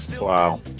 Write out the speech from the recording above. Wow